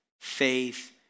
faith